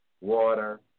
water